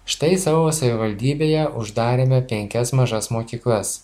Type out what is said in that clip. štai savo savivaldybėje uždarėme penkias mažas mokyklas